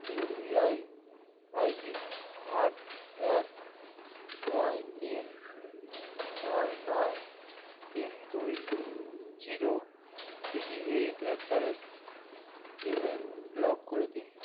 you P I I D আট এক নয় তিন নয় নয় তিন দুই zero three eight at the rate payment block করে দিন